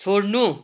छोड्नु